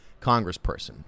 congressperson